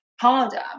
harder